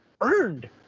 earned